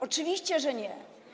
Oczywiście, że nie.